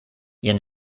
jen